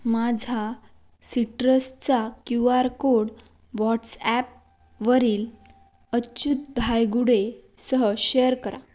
माझा सिट्रसचा Q R code WhatsApp वरील अच्युत धायगुडे सह शेअर करा